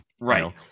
right